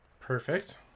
Perfect